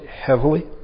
heavily